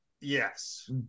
Yes